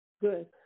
Good